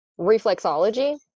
reflexology